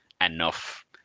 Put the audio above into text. enough